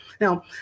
Now